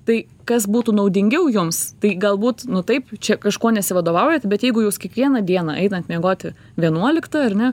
tai kas būtų naudingiau jums tai galbūt nu taip čia kažkuo nesivadovaujat bet jeigu jūs kiekvieną dieną einat miegoti vienuoliktą ar ne